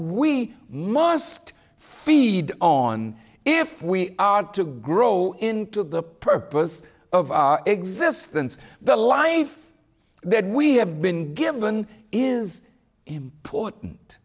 we must feed on if we are to grow into the purpose of existence the life that we have been given is important